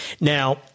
Now